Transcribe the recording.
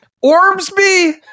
Ormsby